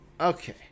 Okay